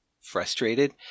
frustrated